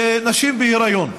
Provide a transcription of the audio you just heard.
נשים בהיריון.